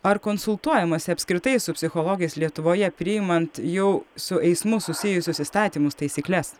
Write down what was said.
ar konsultuojamasi apskritai su psichologais lietuvoje priimant jau su eismu susijusius įstatymus taisykles